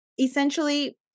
essentially